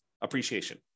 appreciation